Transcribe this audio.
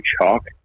chalk